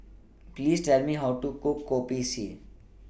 Please Tell Me How to Cook Kopi C